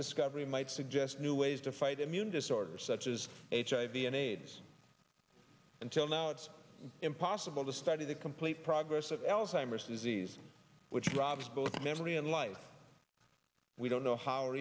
discovery might suggest new ways to fight immune disorders such as hiv and aids until now it's impossible to study the complete progress of alzheimer's disease which robs both memory and life we don't know how or